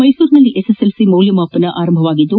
ಮೈಸೂರಿನಲ್ಲಿ ಎಸ್ಎಸ್ಎಲ್ಸಿ ಮೌಲ್ಯಮಾಪನ ಆರಂಭವಾಗಿದ್ದು